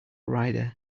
rider